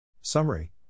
Summary